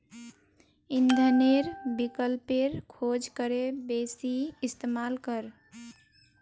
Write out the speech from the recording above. इंधनेर विकल्पेर खोज करे बेसी इस्तेमाल कर